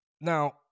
Now